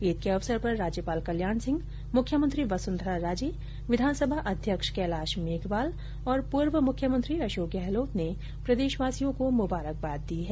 ईद के अवसर पर राज्यपाल कल्याण सिंह मुख्यमंत्री वसुंधरा राजे विधानसभा अध्यक्ष कैलाश मेघवाल और पूर्व मुख्यमंत्री अशोक गहलोत ने प्रदेशवासियों को मुबारक बाद दी है